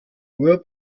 nur